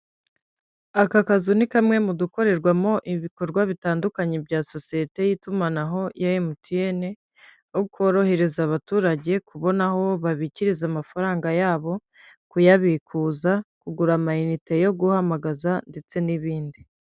Aka kazu ni kamwe mu gukorerwamo ibikorwa bitandukanye bya sosiyete y'itumanaho ya MTN, aho korohereza abaturage kubona aho babikiriza amafaranga yabo, kuyabikuza, kugura amayinite yo guhamagaza ndetse n'ibindi.